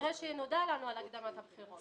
אחרי שנודע לנו על הקדמת הבחירות.